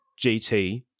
GT